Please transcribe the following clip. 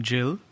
Jill